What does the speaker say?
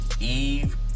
Eve